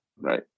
Right